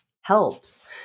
helps